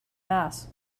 mass